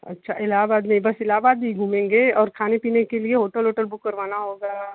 अच्छा इलहाबाद में बस इलहाबाद ही घूमेंगे और खाने पीने के लिए होटल ओटल बुक करवाना होगा